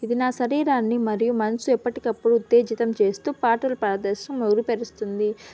ఇది నా శరీరాన్ని మరియు మనసు ఎప్పటికప్పుడు ఉత్తేజితం చేస్తూ పాటలు ప్రదర్శనను మెరుగుపరుస్తుంది